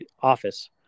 office